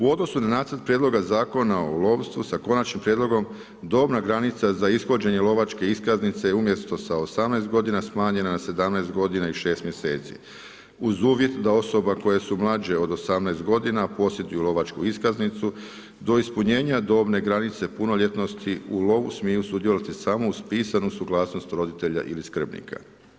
U odnosu na nacrt Prijedloga Zakona o lovstvu, sa konačnim prijedlogom dobna granica za ishođenje lovačke iskaznice umjesto sa 18 g. smanjenja je na 17 g i 6 mj. uz uvjet da osobe koje su mlađe od 18 g. a posjeduju lovačku iskaznicu, do ispunjenja dobne granice punoljetnosti, u lovu smiju sudjelovati samo uz pisanu suglasnost roditelja ili skrbnika.